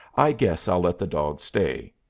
i guess i'll let the dog stay.